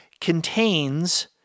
contains